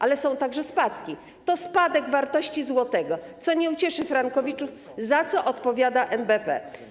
Ale są także spadki - to spadek wartości złotego, co nie ucieszy frankowiczów, a za co odpowiada NBP.